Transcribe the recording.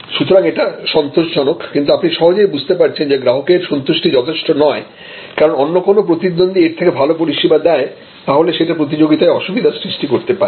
সুতরাং এটা সন্তোষজনক কিন্তু আপনি সহজেই বুঝতে পারছেন যে গ্রাহকের সন্তুষ্টি যথেষ্ট নয় কারণ অন্য কোন প্রতিদ্বন্দ্বী এর থেকে ভালো পরিষেবা দেয় তাহলে সেটা প্রতিযোগিতায় অসুবিধার সৃষ্টি করতে পারে